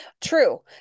True